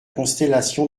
constellation